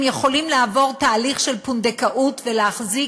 הם יכולים לעבור תהליך של פונדקאות ולהחזיק